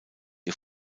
ihr